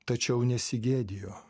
tačiau nesigėdijo